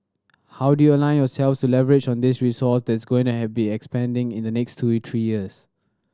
how do you align yourselves to leverage on this resource that's going to have been expanding in the next two three years